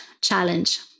challenge